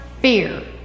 fear